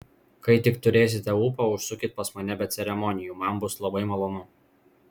kai tik turėsite ūpo užsukit pas mane be ceremonijų man bus labai malonu